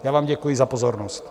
Já vám děkuji za pozornost.